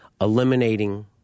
eliminating